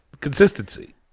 Consistency